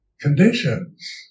conditions